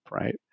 right